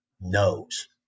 knows